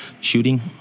shooting